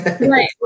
Right